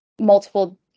multiple